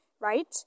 right